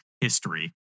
history